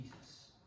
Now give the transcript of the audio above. Jesus